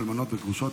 אלמנות וגרושות),